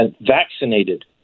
vaccinated